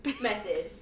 method